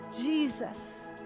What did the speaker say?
jesus